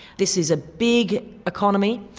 this is a big economy,